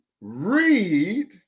read